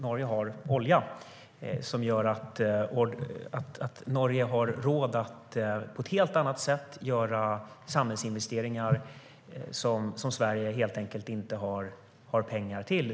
Norge har olja som gör att Norge har råd att på ett helt annat sätt göra samhällsinvesteringar som Sverige helt enkelt inte har pengar till.